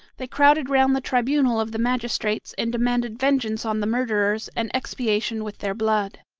they crowded round the tribunal of the magistrates, and demanded vengeance on the murderers and expiation with their blood.